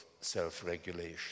self-regulation